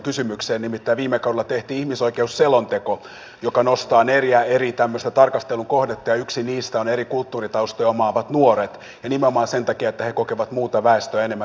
nimittäin viime kaudella tehtiin ihmisoikeusselonteko joka nostaa neljä eri tarkastelukohdetta ja yksi niistä on eri kulttuuritaustoja omaavat nuoret ja nimenomaan sen takia että he kokevat muuta väestöä enemmän syrjintää